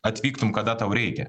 atvyktum kada tau reikia